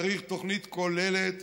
צריך תוכנית כוללת,